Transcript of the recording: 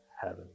heaven